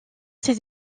ses